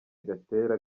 gatera